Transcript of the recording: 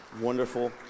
Wonderful